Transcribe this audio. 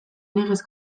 legez